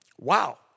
Wow